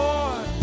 Lord